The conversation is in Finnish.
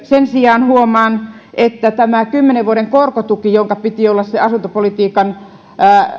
sen sijaan huomaan että tämä kymmenen vuoden korkotuki jonka piti olla se asuntopolitiikan